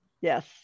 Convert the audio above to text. Yes